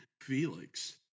Felix